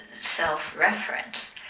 self-reference